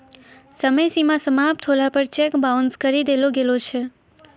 समय सीमा समाप्त होला पर चेक बाउंस करी देलो गेलो छै